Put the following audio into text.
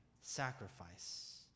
sacrifice